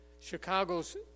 Chicago's